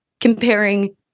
comparing